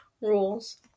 rules